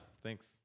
Thanks